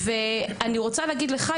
אני רוצה להגיד לך,